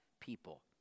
people